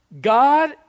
God